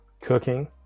cooking